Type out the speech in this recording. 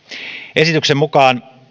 esityksen mukaan